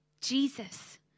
Jesus